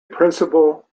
principal